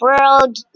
World